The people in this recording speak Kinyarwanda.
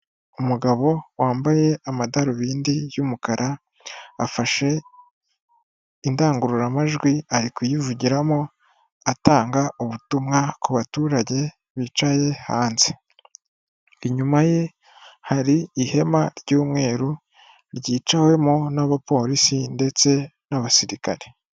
Umugabo wambaye amadarubindi y'umukara, afashe indangururamajwi ari kuyivugiramo atanga ubutumwa ku baturage bicaye hanze, inyuma ye hari ihema ry'umweru ryicawemo n'abapolisi ndetse n'abasirikare.